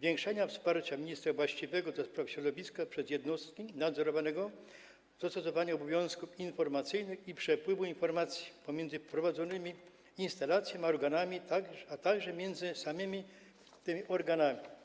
zwiększenia wsparcia ministra właściwego do spraw środowiska przez jednostki nadzorowane, dostosowania obowiązków informacyjnych i przepływu informacji między prowadzącymi instalację a organami, a także między samymi organami.